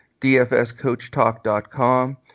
DFSCoachTalk.com